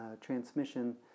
transmission